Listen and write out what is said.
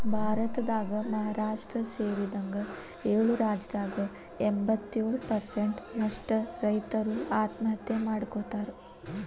ಭಾರತದಾಗ ಮಹಾರಾಷ್ಟ್ರ ಸೇರಿದಂಗ ಏಳು ರಾಜ್ಯದಾಗ ಎಂಬತ್ತಯೊಳು ಪ್ರಸೆಂಟ್ ನಷ್ಟ ರೈತರು ಆತ್ಮಹತ್ಯೆ ಮಾಡ್ಕೋತಾರ